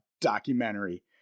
documentary